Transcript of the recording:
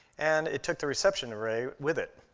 and it took the reception array with it.